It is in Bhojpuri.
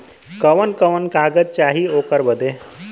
कवन कवन कागज चाही ओकर बदे?